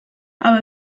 aber